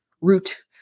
root